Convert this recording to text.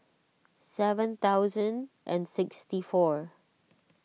seven thousand and sixty four